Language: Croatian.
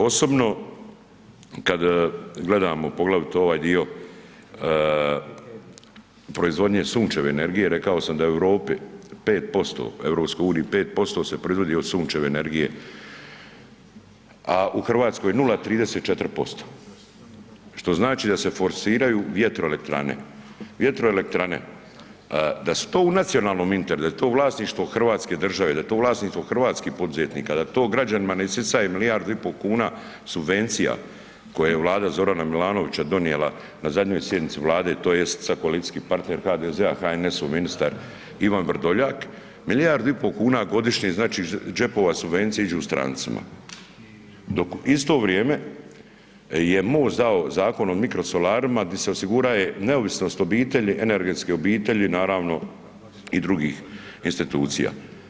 Osobno kad gledamo poglavito ovaj dio proizvodnje sunčeve energije, rekao sam da u Europi 5%, u EU 5% se proizvodi od sunčeve energije, a u RH 0,34%, što znači da se forsiraju vjetroelektrane, vjetroelektrane, da su to u nacionalnom interesu, da je to vlasništvo hrvatske države, da je to vlasništvo hrvatskih poduzetnika, da to građanima ne isisaje milijardu i po kuna subvencija koje je Vlada Zorana Milanovića donijela na zadnjoj sjednici Vlade tj. sad koalicijski partner HDZ-a, HNS-ov ministar Ivan Vrdoljak, milijardu i po kuna godišnje znači iz naših džepova subvencije iđu strancima, dok u isto vrijeme je MOST dao Zakon o mikrosolarima di se osiguraje neovisnost obitelji, energetske obitelji, naravno i drugih institucija.